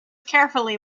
carefully